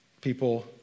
people